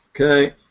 Okay